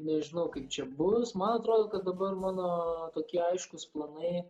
nežinau kaip čia bus man atrodo kad dabar mano tokie aiškūs planai